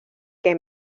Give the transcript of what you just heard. que